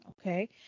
okay